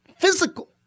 physical